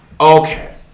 Okay